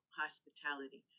hospitality